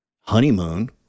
honeymoon